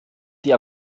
die